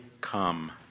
come